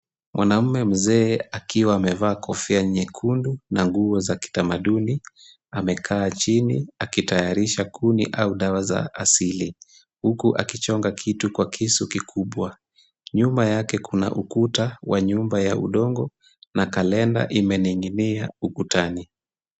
Mwanaume mzee akiwa amevaa kofia nyekundu na nguo za kitamaduni amekaa chini akitayarisha kuni au dawa za asili huku akichonga kitu kwa kisu kikubwa. Nyuma yake kuna ukuta wa nyumba ya udongo na kalenda imening'inia ukutani.